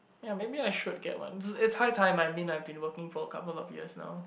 ya maybe I should get one it's high time I mean I've been working for a couple of years now